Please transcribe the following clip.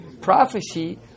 prophecy